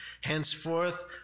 henceforth